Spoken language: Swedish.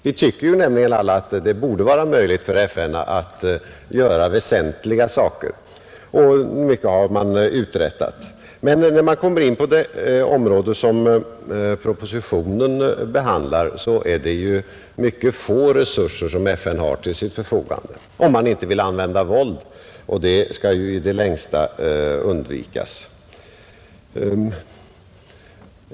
Vi tycker nämligen alla att det borde vara möjligt för FN att göra väsentliga saker, och mycket har man uträttat. Men när man kommer in på det område som propositionen behandlar, är det ytterst få resurser som FN har till sitt förfogande — om man inte vill använda våld, och det skall i det längsta undvikas.